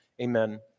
Amen